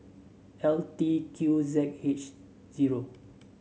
L T Q Z H zero